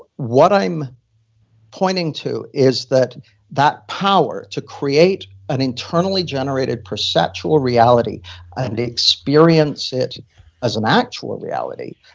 what i'm pointing to is that that power to create an internally generated perceptual reality and experience it as an actual reality,